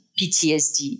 PTSD